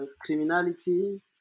criminality